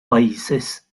países